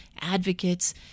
advocates